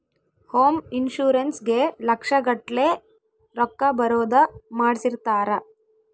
home insurance ಗೇ ಲಕ್ಷ ಗಟ್ಲೇ ರೊಕ್ಕ ಬರೋದ ಮಾಡ್ಸಿರ್ತಾರ